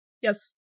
Yes